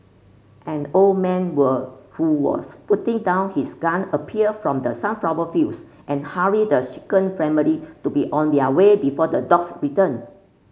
an old man were who was putting down his gun appeared from the sunflower fields and hurried the shaken family to be on their way before the dogs return